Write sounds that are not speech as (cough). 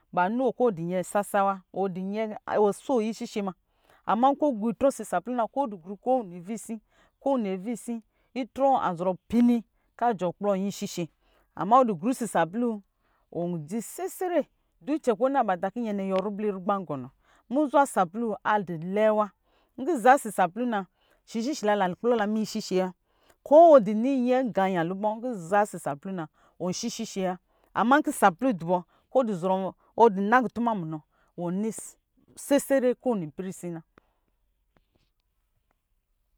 Bano kɔ iwɔ dɔ nyɛ saba (unintelligible) wɔso ishishe ma amma nkɔ ɔgro itrvɔ ɔsɔ sapluu na kosi gru kovsi kovsi itrɔ wɔ azɔrɔ pini kɔ ajɛ wɔ kplɔ nyɛ ishise ama wɔ dɔ grɔ ɔsɔ sapluu wɔn dzi sesere icɛ kɔ ɔna banta kɔ nyɛ nɛ ayuwɔ ribli rugba gɔnɔ zuuzwa saplun a du lɛɛ wa nkɔ aza ɔsɔ sapluu na shishi la lan kplɔ la minyɛ ishishewa ko ɔsi ni nyɛ iganyɛ lubɔ kɔ aza ɔsɔ sapluu na wɔ shishishe wa ama nkɔ sapluu dubɔ kɔ wɔ du na kutuma munɔ wɔ ni s- sesere kowini avisina